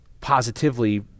positively